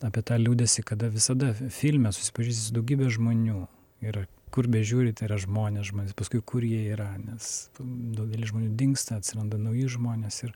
apie tą liūdesį kada visada fi filme susipažįsti su daugybe žmonių ir kur bežiūri tai yra žmonės žmonės o paskui kur jie yra nes daugelis žmonių dingsta atsiranda nauji žmonės ir